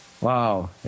Wow